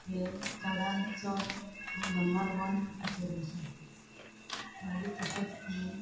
हें चडान चड नंबर वन मागीर तशेंच